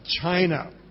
China